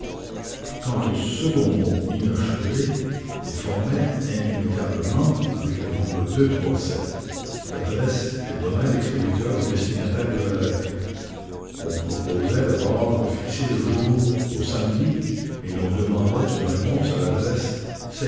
quand au second mot inachevé il formait indubitablement avec le nombre ladresse que donnait l'expéditeur au destinataire de la lettre on proposait d'abord de fixer le jour au samedi et l'on demandait une réponse à l'adresse